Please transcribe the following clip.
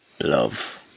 love